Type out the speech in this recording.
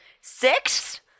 Six